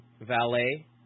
valet